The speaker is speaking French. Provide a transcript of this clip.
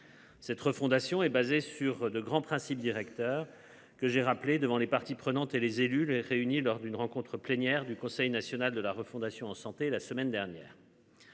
Cette refondation est basée sur de grands principes directeurs que j'ai rappelé devant les parties prenantes et les élus les réunis lors d'une rencontre plénière du Conseil national de la refondation en santé la semaine dernière.